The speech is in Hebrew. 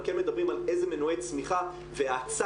אבל כן מדברים על איזה מנועי צמיחה והאצה